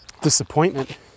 disappointment